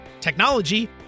technology